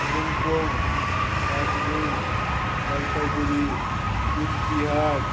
Kalimpong Darjeeling Jalpaiguri Cooch Behar